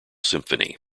symphony